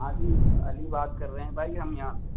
ہاں جی علی بات کر رہے ہیں بھائی ہم یہاں سے